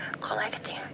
collecting